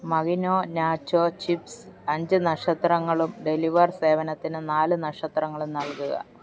മകിനോ nacho chips അഞ്ച് നക്ഷത്രങ്ങളും deliver സേവനത്തിന് നാല് നക്ഷത്രങ്ങളും നൽകുക